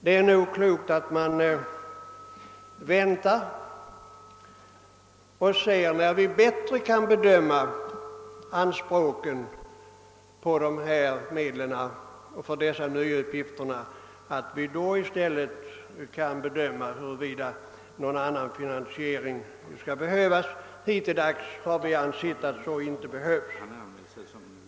Det vore bättre att avvakta till dess att vi säkrare kan bedöma behovet av medel för de nya uppgifterna. Då kan vi också bedöma huruvida någon annan finansieringsform bör utnyttjas. Hittilldags har vi ansett att så inte behövs.